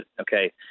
okay